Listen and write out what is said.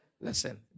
Listen